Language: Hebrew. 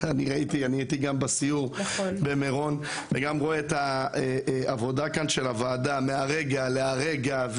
גם אני הייתי בסיור במירון ואני רואה את העבודה של הוועדה מהרגע להרגע,